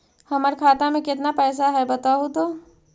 हमर खाता में केतना पैसा है बतहू तो?